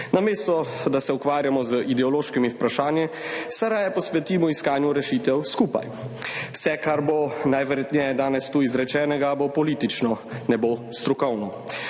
Namesto da se ukvarjamo z ideološkimi vprašanji, se raje posvetimo iskanju rešitev skupaj. Vse, kar bo najverjetneje danes tu izrečenega, bo politično, ne bo strokovno.